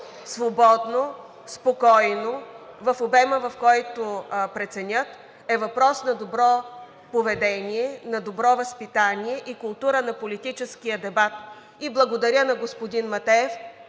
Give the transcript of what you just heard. свободно, спокойно в обема, в който преценят, е въпрос на добро поведение, на добро възпитание и култура на политическия дебат. И благодаря на господин Матеев,